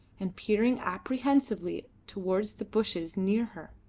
and peering apprehensively towards the bushes near her.